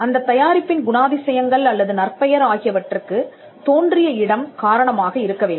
அந்தத் தயாரிப்பின் குணாதிசயங்கள் அல்லது நற்பெயர் ஆகியவற்றுக்குத் தோன்றிய இடம் காரணமாக இருக்கவேண்டும்